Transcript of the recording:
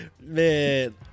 man